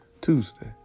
Tuesday